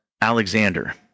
Alexander